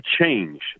change